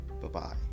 bye-bye